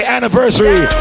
Anniversary